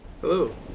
Hello